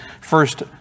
first